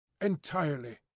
Entirely